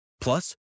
Plus